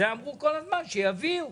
כל הזמן אמרו שיביאו,